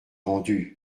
rendue